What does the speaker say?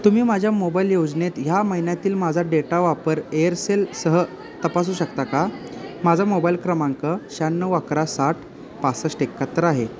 तुम्ही माझ्या मोबाईल योजनेत ह्या महिन्यातील माझा डेटा वापर एअरसेलसह तपासू शकता का माझा मोबाईल क्रमांक शह्याण्णव अकरा साठ पासष्ट एकाहत्तर आहे